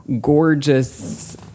gorgeous